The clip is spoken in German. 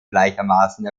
gleichermaßen